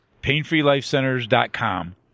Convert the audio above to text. painfreelifecenters.com